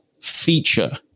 feature